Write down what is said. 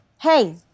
hey